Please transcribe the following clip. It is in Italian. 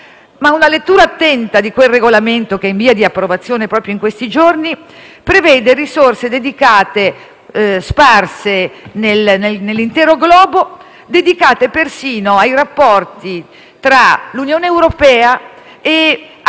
da una lettura attenta di quel Regolamento, che è in via di approvazione proprio in questi giorni, si nota che esso prevede risorse sparse nell'intero globo, dedicate persino ai rapporti tra l'Unione europea e aree come